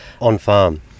on-farm